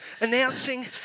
announcing